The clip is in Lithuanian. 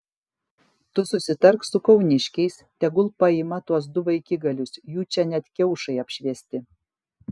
tu susitark su kauniškiais tegul paima tuos du vaikigalius jų čia net kiaušai apšviesti